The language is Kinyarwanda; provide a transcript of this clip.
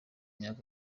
myaka